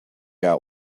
out